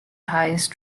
highest